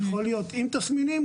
יכול להיות עם תסמינים,